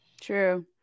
true